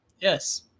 Yes